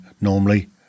normally